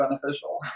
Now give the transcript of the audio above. beneficial